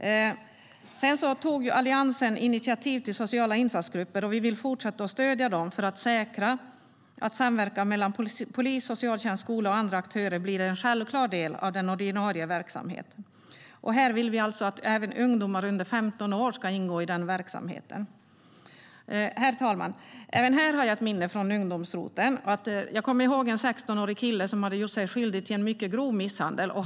Alliansen tog initiativ till sociala insatsgrupper. Vi vill fortsätta stödja dem för att säkra att samverkan mellan polis, socialtjänst, skola och andra aktörer blir en självklar del av den ordinarie verksamheten. Här vill vi att även ungdomar under 15 år ska ingå i verksamheten. Herr talman! Även här har jag ett minne från ungdomsroteln. Jag kommer ihåg en 16-årig kille som hade gjort sig skyldig till en mycket grov misshandel.